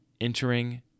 entering